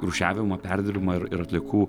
rūšiavimą perdirbimą ir ir atliekų